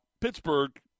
Pittsburgh